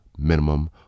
Minimum